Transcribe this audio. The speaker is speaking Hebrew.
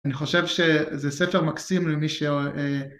אני חושב שזה ספר מקסים למי ש...